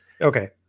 Okay